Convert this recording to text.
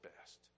best